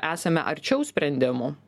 esame arčiau sprendimų